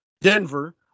Denver